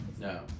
No